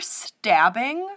stabbing